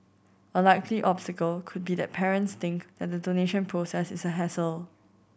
a likely obstacle could be that parents think that the donation process is a hassle